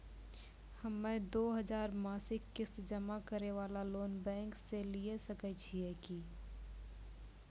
हम्मय दो हजार मासिक किस्त जमा करे वाला लोन बैंक से लिये सकय छियै की?